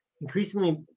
increasingly